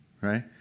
right